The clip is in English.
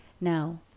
now